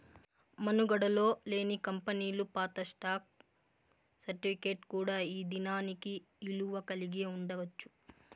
మనుగడలో లేని కంపెనీలు పాత స్టాక్ సర్టిఫికేట్ కూడా ఈ దినానికి ఇలువ కలిగి ఉండచ్చు